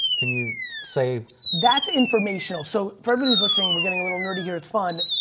can you say that's informational? so for everyone who's listening, we're getting a little nerdy here. it's fun.